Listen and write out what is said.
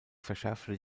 verschärfte